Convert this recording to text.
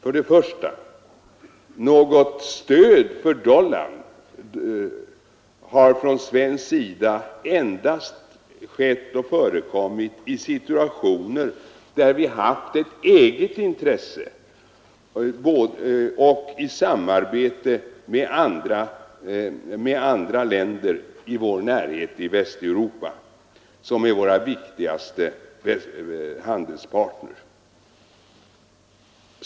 För det första vill jag påpeka att stöd för dollarn från svensk sida endast förekommit i situationer där vi haft ett eget intresse och i samarbete med andra länder i vår närhet i Västeuropa, vilka är våra viktigaste handelspartner.